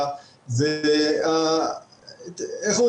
איך אומרים,